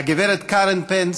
הגב' קארן פנס